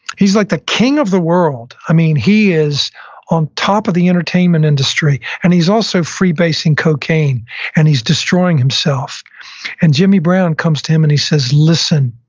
he's like the king of the world. i mean, he is on top of the entertainment industry and he's also freebasing cocaine and he's destroying himself and jimmy brown comes to him and he says, listen,